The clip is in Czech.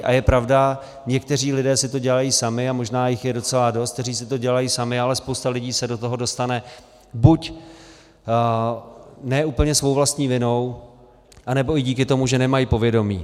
A je pravda, někteří lidé si to dělají sami, a možná jich je docela dost, kteří si to dělají sami, ale spousta lidí se do toho dostane buď ne úplně svou vlastní vinou, anebo i díky tomu, že nemají povědomí.